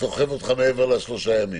סוחב אותך מעבר לשלושה ימים?